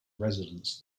residence